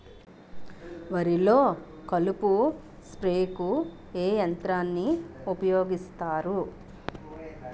వరిలో కలుపు స్ప్రేకు ఏ యంత్రాన్ని ఊపాయోగిస్తారు?